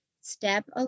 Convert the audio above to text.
step